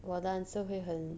我的 answer 会很